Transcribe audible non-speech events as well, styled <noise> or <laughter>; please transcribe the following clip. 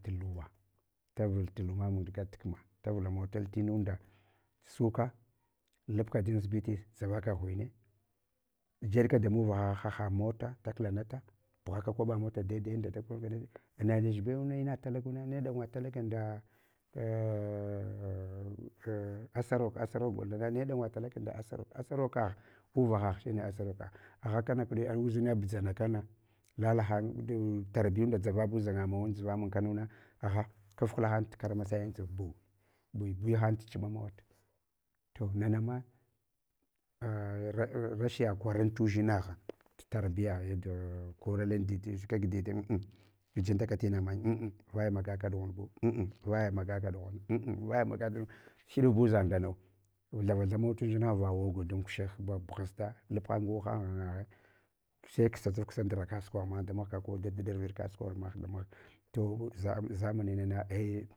Tuluwa tavul lumamun gat kma, davulamawata tinunda suka, lubka dan zibite, dʒava ghuene jeɗka da muvahah haha mota da klanata tughaka kwaɓa mota daibunda dakhana ana nech be ina talaguna ne ɗagwa talaga nda <hesitation> asorok asarok golnana na ɗangwa talaga nda asorakagh, uvahah shine asorokagh aghakana nguɗi ayi uʒina ɓuʒana kana lalahan torbuyunda dzavabu udʒangamawu dʒuvamun kanuna agha kafkdahan ekarmasa an dʒurbo, bui buiyahang tchiɓamawata. To nana ma a rashiya kwaran tuʒinagha tarbiyaghe da koralan dede, kag dide an an gijun taka tina mamnya an an vaya maga ka ɗughambu anan vaya magaka ɗughambu, an’an vaya magaka dughanbu. Hiɗafbu zang ndanau, thavalhamau tadʒina va woga kushegh ba bughasta labhan ngu han ghana ghe sai ksatafksa ndra kasukwagha mahang damahga, ko dad ɗavviɗ kasukwa ghamahan damuhga. To zaman nana ei.